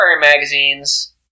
magazines